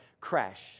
crash